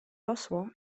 rosło